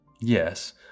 yes